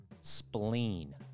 spleen